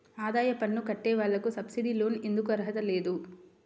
ఆదాయ పన్ను కట్టే వాళ్లకు సబ్సిడీ లోన్ ఎందుకు అర్హత లేదు?